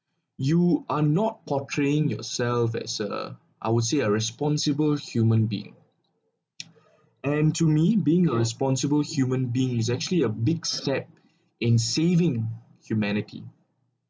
you are not portraying yourself that uh I would say a responsible human being and to me being a responsible human being is actually a big step in saving humanity